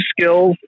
skills